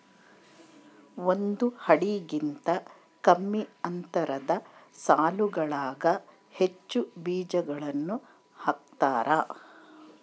ಒಂದು ಅಡಿಗಿಂತ ಕಮ್ಮಿ ಅಂತರದ ಸಾಲುಗಳಾಗ ಹೆಚ್ಚು ಬೀಜಗಳನ್ನು ಹಾಕ್ತಾರ